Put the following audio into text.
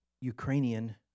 Ukrainian